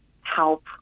help